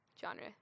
Genre